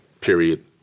period